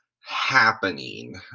happening